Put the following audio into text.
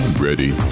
ready